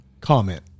comment